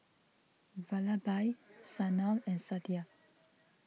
Vallabhbhai Sanal and Satya